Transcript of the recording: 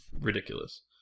ridiculous